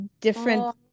different